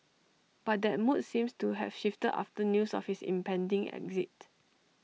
but that mood seems to have shifted after news of his impending exit